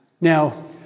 Now